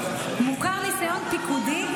מוכר ניסיון פיקודי.